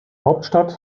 hauptstadt